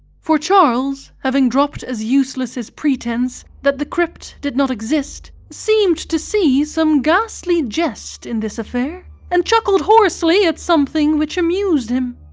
for charles, having dropped as useless his pretence that the crypt did not exist, seemed to see some ghastly jest in this affair and chuckled hoarsely at something which amused him.